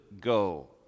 go